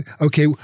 Okay